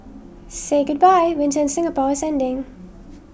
say goodbye winter in Singapore is ending